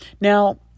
Now